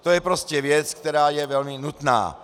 To je prostě věc, která je velmi nutná.